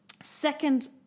Second